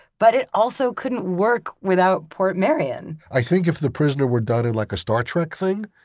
but it also couldn't work without portmeirion. i think if the prisoner were done in like a star trek thing,